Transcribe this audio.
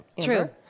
True